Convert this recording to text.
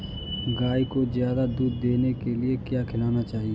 गाय को ज्यादा दूध देने के लिए क्या खिलाना चाहिए?